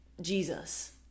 Jesus